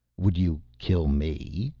would you kill me?